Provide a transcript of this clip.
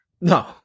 No